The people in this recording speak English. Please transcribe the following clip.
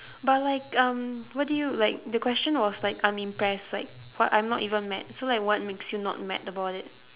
but like um what do you like the question was like I'm impressed like but I'm not even mad so like what makes you not mad about it